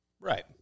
Right